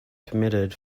permitted